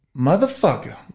motherfucker